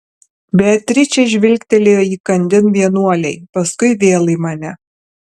beatričė žvilgtelėjo įkandin vienuolei paskui vėl į mane